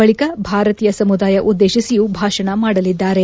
ಬಳಿಕೆ ಭಾರತೀಯ ಸಮುದಾಯ ಉದ್ದೇತಿಸಿಯೂ ಭಾಷಣ ಮಾಡಲಿದ್ದಾರೆ